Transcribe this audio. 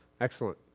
Excellent